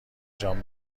جان